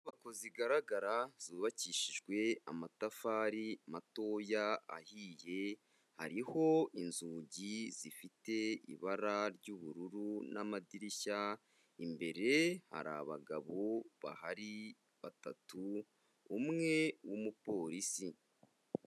Inyubako zigaragara zubakishijwe amatafari matoya ahiye, hariho inzugi zifite ibara ry'ubururu n'amadirishya imbere hari abagabo bahari batatu umwe w'umupolisi.